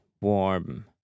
warm